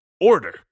order